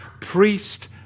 priest